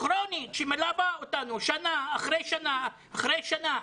שמלווה אותנו שנה אחרי שנה אחרי שנה.